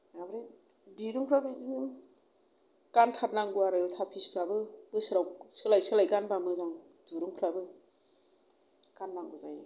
ओमफ्राय दिरुंफ्रा बिदिनो गानथारनांगौ आरो थाबिसफ्राबो बोसोराव सोलाय सोलाय गानबा मोजां दिरुंफ्राबो गाननांगौ जायो